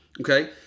okay